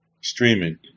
streaming